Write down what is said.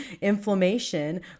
inflammation